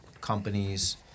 companies